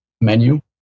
menu